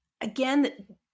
again